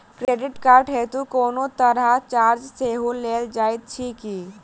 Credit card हेतु कोनो तरहक चार्ज सेहो लेल जाइत अछि की?